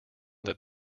that